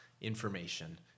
information